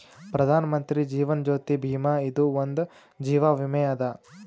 ಪ್ರಧಾನ್ ಮಂತ್ರಿ ಜೀವನ್ ಜ್ಯೋತಿ ಭೀಮಾ ಇದು ಒಂದ ಜೀವ ವಿಮೆ ಅದ